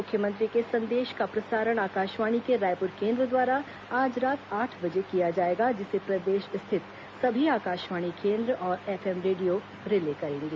मुख्यमंत्री के संदेश का प्रसारण आकाशवाणी के रायपुर केन्द्र द्वारा आज रात आठ बजे किया जाएगा जिसे प्रदेश स्थित सभी आकाशवाणी केन्द्र और एफएम रेडियो रिले करेंगे